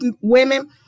women